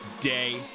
day